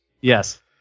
Yes